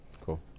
cool